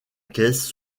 caisse